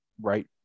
right